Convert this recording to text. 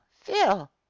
phil